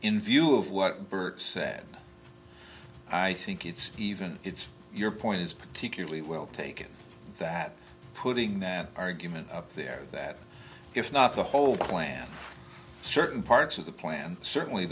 in view of what bert said i think it's even if your point is particularly well taken that putting that argument up there that if not the whole plan certain parts of the plan certainly